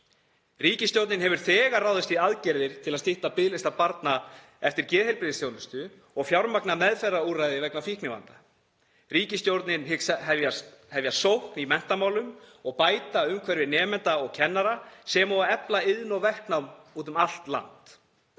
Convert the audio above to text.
Ríkisstjórnin hefur þegar ráðist í aðgerðir til að stytta biðlista barna eftir geðheilbrigðisþjónustu og fjármagna meðferðarúrræði vegna fíknivanda. Ríkisstjórnin hyggst hefja sókn í menntamálum og bæta umhverfi nemenda og kennara sem og að efla iðn- og verknám úti um allt land.